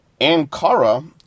Ankara